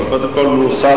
אבל, קודם כול הוא שר.